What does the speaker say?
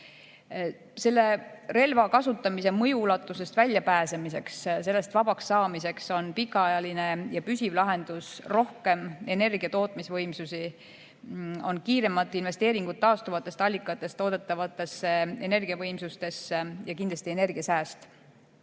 Selle relva kasutamise mõjuulatusest väljapääsemiseks, sellest vabaks saamiseks on pikaajaline ja püsiv lahendus rohkem energiatootmisvõimsusi, on kiiremad investeeringud taastuvatest allikatest toodetava energia võimsustesse ja kindlasti energiasääst.